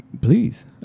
please